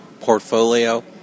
Portfolio